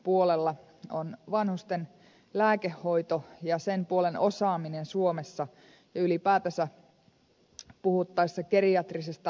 se on vanhusten lääkehoito ja sen puolen osaaminen suomessa ja ylipäätänsä puhuttaessa geriatrisesta lääkehoidosta